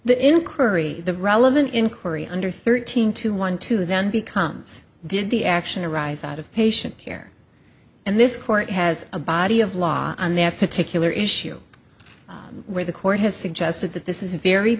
the encourage the relevant inquiry under thirteen to one to then becomes did the action arise out of patient care and this court has a body of law on their particular issue where the court has suggested that this is a very